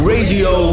Radio